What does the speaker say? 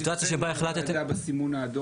סיטואציה שבה החלטתם --- בסימון האדום.